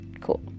cool